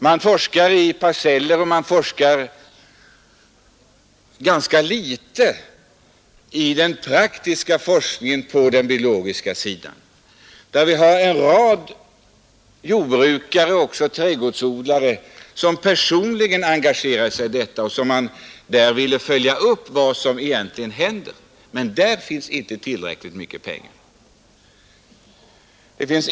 Man forskar i parceller men bedriver ganska lite praktisk forskning på den biologiska sidan. En rad jordbrukare och även trädgårdsodlare engagerar sig personligen i detta, och det skulle vara önskvärt att följa upp vad som verkligen händer. Men för detta finns inte tillräckligt mycket pengar.